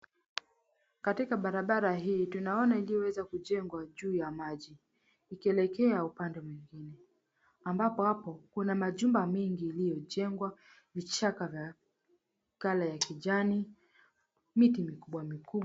Katika barabara hii tunaona iliyoweza kujengwa juu ya maji, ikielekea upande mwingine, ambapo hapo kuna majumba mingi iliyojengwa, vichaka vya colour ya kijani, miti mikubwa mikubwa.